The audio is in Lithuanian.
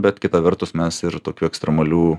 bet kita vertus mes ir tokių ekstremalių